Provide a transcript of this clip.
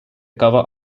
cover